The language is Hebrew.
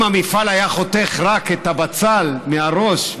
אם המפעל היה חותך את הבצל רק מהראש,